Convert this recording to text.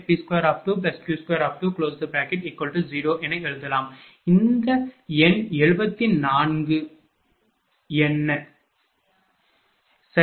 5| V|2V22r21x2P22Q20என எழுதலாம் இந்த எண் 74 என்ன சரி